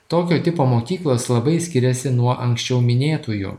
tokio tipo mokyklos labai skiriasi nuo anksčiau minėtųjų